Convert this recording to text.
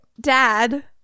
Dad